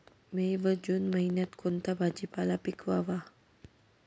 मे व जून महिन्यात कोणता भाजीपाला पिकवावा?